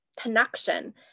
connection